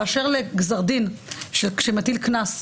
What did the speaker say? באשר לגזר דין שמטיל קנס,